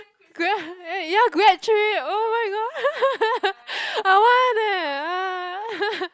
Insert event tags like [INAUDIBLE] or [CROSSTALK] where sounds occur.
grad eh ya grad trip oh-my-god [LAUGHS] I want leh ah [LAUGHS]